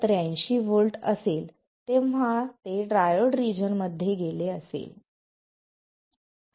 83 volt असेल तेव्हा ते ट्रायोड रिजन मध्ये गेले असेल